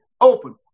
open